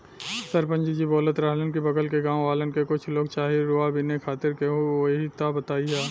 सरपंच जी बोलत रहलन की बगल के गाँव वालन के कुछ लोग चाही रुआ बिने खातिर केहू होइ त बतईह